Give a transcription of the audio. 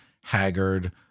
haggard